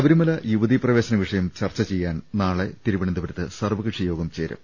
ശബരിമല യുവതി പ്രവേശന വിഷയം ചർച്ച ചെയ്യാൻ നാളെ തിരുവന ന്തപുരത്ത് സർവകക്ഷി യോഗം ചേരും